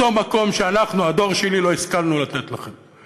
אותו מקום שאנחנו, הדור שלי, לא השכלנו לתת לכם.